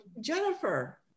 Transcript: Jennifer